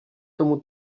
tomu